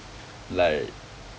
like